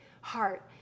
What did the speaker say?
heart